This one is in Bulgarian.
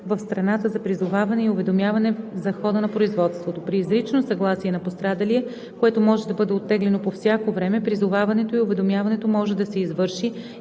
в страната за призоваване и уведомяване за хода на производството. При изрично съгласие на пострадалия, което може да бъде оттеглено по всяко време, призоваването и уведомяването може да се извърши